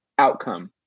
Outcome